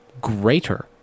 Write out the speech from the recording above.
greater